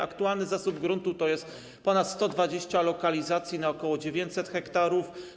Aktualny zasób gruntów to jest ponad 120 lokalizacji na ok. 900 ha.